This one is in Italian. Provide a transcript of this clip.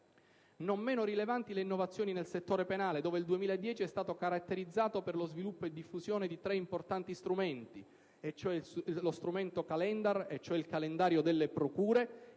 Non meno rilevanti le innovazioni nel settore penale, dove il 2010 è stato caratterizzato per lo sviluppo e la diffusione di tre importanti strumenti: lo strumento "Calendar", cioè il calendario delle procure;